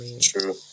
True